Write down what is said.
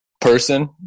person